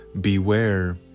Beware